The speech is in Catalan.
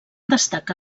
destaca